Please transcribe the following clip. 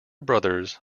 brothers